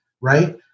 right